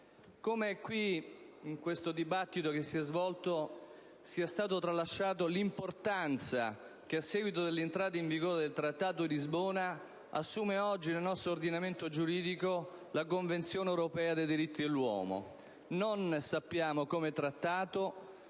come qui, in questo dibattito che si è svolto, sia stata tralasciata l'importanza che, a seguito dell'entrata in vigore del Trattato di Lisbona, assume oggi nel nostro ordinamento giuridico la Convenzione europea dei diritti dell'uomo, non come trattato,